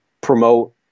promote